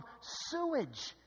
sewage